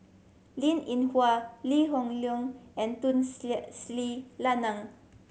Linn In Hua Lee Hoon Leong and Tun Sri Lanang